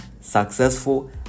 successful